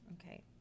Okay